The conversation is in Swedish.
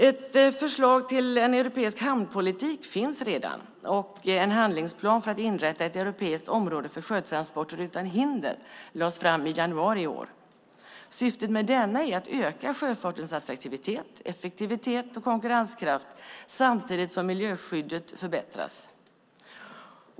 Ett förslag till en europeisk hamnpolitik finns redan, och en handlingsplan för att inrätta ett europeiskt område för sjötransporter utan hinder lades fram i januari i år. Syftet med denna är att öka sjöfartens attraktivitet, effektivitet och konkurrenskraft samtidigt som miljöskyddet förbättras.